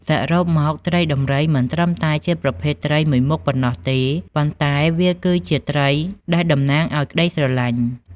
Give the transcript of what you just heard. សរុបមក ត្រីដំរីមិនត្រឹមតែជាប្រភេទត្រីមួយមុខប៉ុណ្ណោះទេ ប៉ុន្តែវាគឺជាត្រីដែលតំណាងឱ្យក្តីស្រឡាញ់។